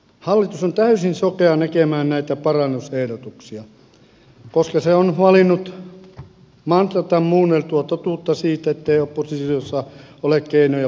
hallitus on täysin sokea näkemään näitä parannusehdotuksia koska se on valinnut mantrata muunneltua totuutta siitä että ei oppositiossa ole keinoja parantaa tilannetta